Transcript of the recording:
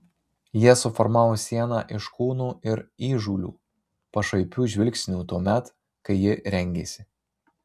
jie suformavo sieną iš kūnų ir įžūlių pašaipių žvilgsnių tuomet kai ji rengėsi